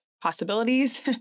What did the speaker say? possibilities